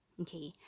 Okay